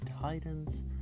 Titans